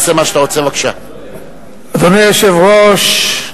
אדוני היושב-ראש,